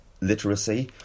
literacy